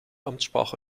amtssprache